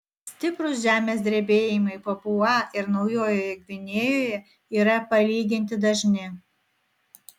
stiprūs žemės drebėjimai papua ir naujojoje gvinėjoje yra palyginti dažni